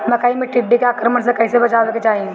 मकई मे टिड्डी के आक्रमण से कइसे बचावे के चाही?